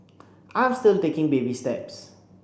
I'm still taking baby steps